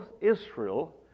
Israel